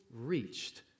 reached